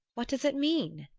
what does it mean?